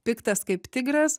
piktas kaip tigras